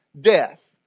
death